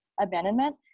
abandonment